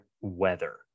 Weather